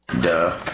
Duh